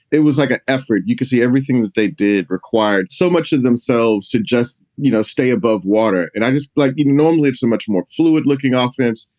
it was like an effort. you could see everything that they did required so much of themselves to just, you know, stay above water. and i just like normally it's a much more fluid looking ah offense.